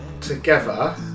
together